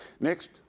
Next